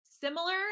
similar